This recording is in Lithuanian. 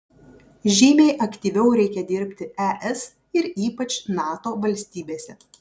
žymiai aktyviau reikia dirbti es ir ypač nato valstybėse